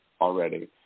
already